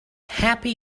happy